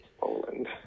Poland